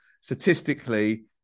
Statistically